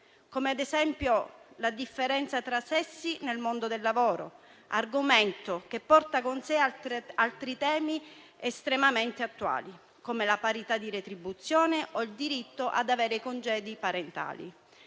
come ad esempio la differenza tra sessi nel mondo del lavoro, argomento che porta con sé altri temi estremamente attuali come la parità di retribuzione o il diritto ad avere congedi parentali.